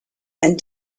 and